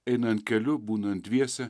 einant keliu būnant dviese